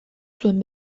zuen